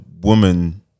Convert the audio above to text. woman